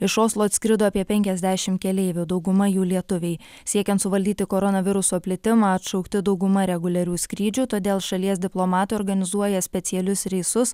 iš oslo atskrido apie penkiasdešimt keleivių dauguma jų lietuviai siekiant suvaldyti koronaviruso plitimą atšaukti dauguma reguliarių skrydžių todėl šalies diplomatai organizuoja specialius reisus